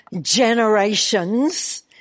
Generations